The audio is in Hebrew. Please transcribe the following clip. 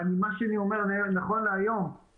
לא ירדת לסוף דבריי.